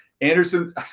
Anderson